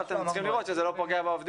אבל אתם צריכים לראות שזה לא פוגע בעובדים